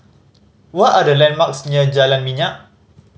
what are the landmarks near Jalan Minyak